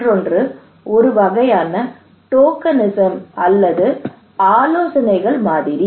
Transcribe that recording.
மற்றொன்று ஒரு வகையான டோக்கனிசம் அல்லது ஆலோசனைகள் மாதிரி